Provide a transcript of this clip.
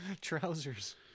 Trousers